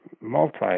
multi